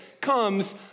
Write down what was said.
comes